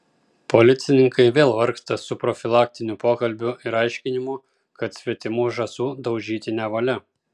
policininkai vėl vargsta su profilaktiniu pokalbiu ir aiškinimu kad svetimų žąsų daužyti nevalia